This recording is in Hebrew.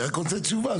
אני רק רוצה תשובה,